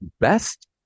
Best